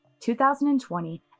2020